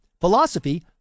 philosophy